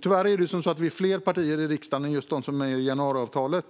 Tyvärr är vi fler partier i riksdagen än bara de som ingått januariavtalet.